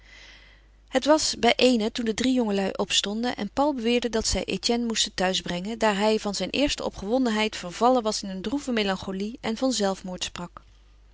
het was bij eenen toen de drie jongelui opstonden en paul beweerde dat zij etienne moesten thuisbrengen daar hij van zijn eerste opgewondenheid vervallen was in een droeve melancholie en van zelfmoord sprak